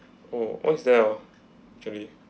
oh what's there ah actually